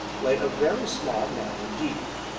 lay a very small man indeed.